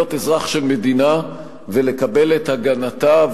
להיות אזרח של מדינה ולקבל את הגנתה,